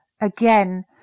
again